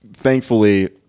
Thankfully